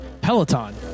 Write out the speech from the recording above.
Peloton